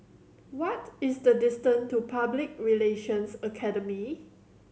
what is the distance to Public Relations Academy